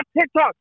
TikTok